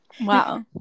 Wow